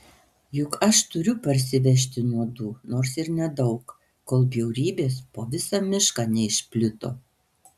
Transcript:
juk aš turiu parsivežti nuodų nors ir nedaug kol bjaurybės po visą mišką neišplito